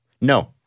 No